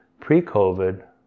pre-COVID